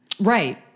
Right